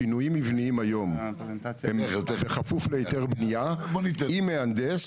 שינויים מבניים היום נעשים בכפוף להיתר בנייה עם מהנדס,